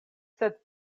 sed